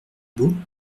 beau